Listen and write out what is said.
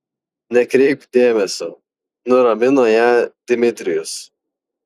nekreipk dėmesio nuramino ją dmitrijus